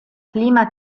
clima